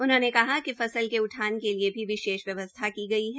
उन्होंने कहा कि फसल के उठान के लिए भी विशेष व्यवसथा की गई है